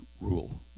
rule